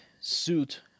suit